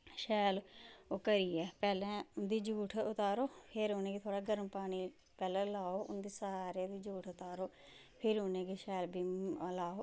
शैल ओह् करियै पैह्लैं उंदी जूठ उतारो फिर उ'नेंगी थोह्ड़ा गर्म पानी पैह्लै लाओ उंदा सारा दी जूठ उतारो फिर उनेंगी शैल बिम लाओ